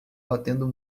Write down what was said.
batendo